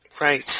Right